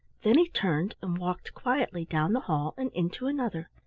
then he turned and walked quietly down the hall and into another.